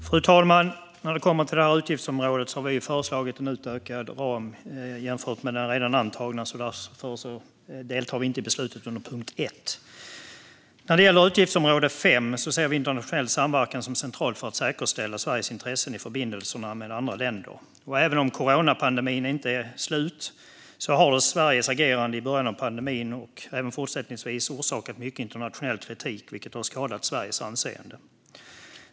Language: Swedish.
Fru talman! När det gäller detta utgiftsområde har vi föreslagit en utökad ram jämfört med den redan antagna och deltar därför inte i beslutet under punkt 1. När det gäller utgiftsområde 5 ser vi internationell samverkan som centralt för att säkerställa Sveriges intressen i förbindelserna med andra länder. Även om coronapandemin inte är slut har Sveriges agerande i början av pandemin och även fortsättningsvis orsakat mycket internationell kritik, vilket har skadat Sveriges anseende.